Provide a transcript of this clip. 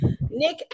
nick